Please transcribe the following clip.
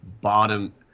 bottom